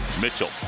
Mitchell